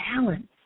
balance